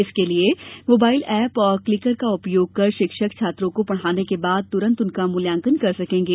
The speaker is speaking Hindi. इसके लिए मोबाइल ऐप और क्लीकर का उपयोग कर शिक्षक छात्रों को पढ़ाने के बाद तुरंत उनका मुल्यांकन कर सकेंगे